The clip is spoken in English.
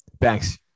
Thanks